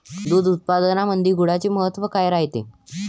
दूध उत्पादनामंदी गुळाचे महत्व काय रायते?